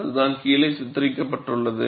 அதுதான் கீழே சித்தரிக்கப்பட்டுள்ளது